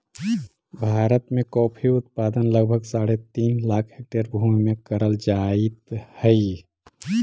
भारत में कॉफी उत्पादन लगभग साढ़े तीन लाख हेक्टेयर भूमि में करल जाइत हई